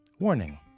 Warning